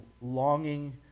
longing